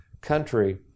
country